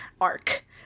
arc